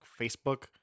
Facebook